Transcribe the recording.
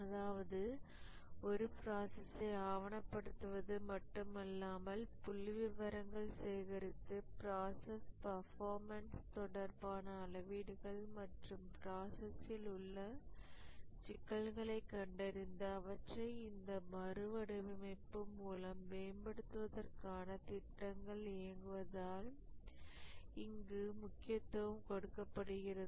அதாவது ஒரு ப்ராசஸ்ஸை ஆவணப்படுத்துவது மட்டுமில்லாமல் புள்ளிவிவரங்கள் சேகரித்து ப்ராசஸ் பர்ஃபார்மன்ஸ் தொடர்பான அளவீடுகள் மற்றும் ப்ராசஸ்ஸில் உள்ள சிக்கல்களைக் கண்டறிந்து அவற்றை இந்த மறுவடிவமைப்பு மூலம் மேம்படுத்துவதற்காக திட்டங்கள் இயங்குவதால் இங்கு முக்கியத்துவம் கொடுக்கப்படுகிறது